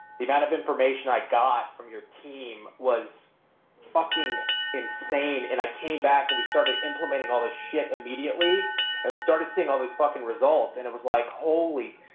the kind of information i got from your team was fucking insane. and i came back and we started implementing all this shit immediately and we started seeing all these fucking results and it was like, holy.